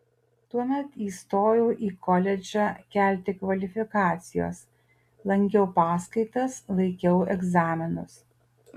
tuomet įstojau į koledžą kelti kvalifikacijos lankiau paskaitas laikiau egzaminus